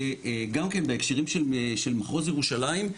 גם בהקשרים של מחוז ירושלים,